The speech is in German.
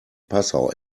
passau